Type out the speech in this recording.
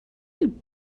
you